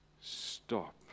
Stop